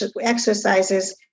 exercises